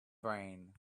brain